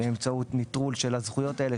נטרול של הזכויות האלה,